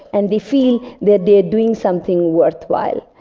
and they feel that they are doing something worthwhile.